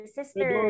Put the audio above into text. sister